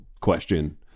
question